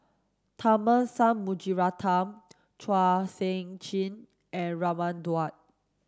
Tharman Shanmugaratnam Chua Sian Chin and Raman Daud